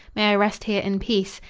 may i rest here in peace?